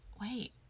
wait